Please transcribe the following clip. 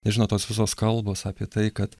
nežinau tos visos kalbos apie tai kad